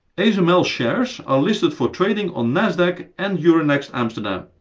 asml's shares are listed for trading on nasdaq and euronext amsterdam.